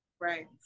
Right